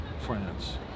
France